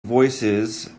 voicesand